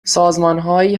سازمانهایی